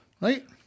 right